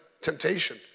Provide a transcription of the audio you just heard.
temptation